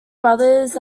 brothers